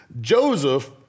Joseph